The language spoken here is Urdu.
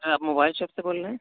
آپ موبائل شاپ سے بول رہے ہیں